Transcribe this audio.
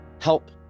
Help